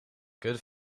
good